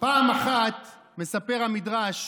פעם אחת, מספר המדרש,